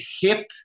hip